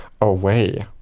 away